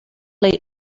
late